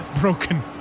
broken